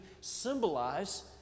symbolize